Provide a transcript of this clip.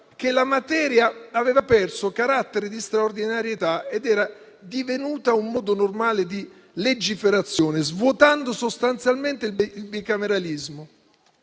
che la materia aveva perso carattere di straordinarietà ed era divenuta un modo normale di legiferazione, svuotando sostanzialmente il bicameralismo.